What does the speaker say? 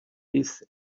his